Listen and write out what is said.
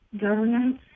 governance